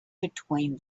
between